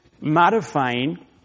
modifying